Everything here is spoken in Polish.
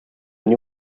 nie